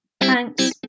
Thanks